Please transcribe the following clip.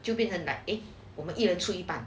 就变成 like eh 我们一人出一半